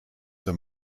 für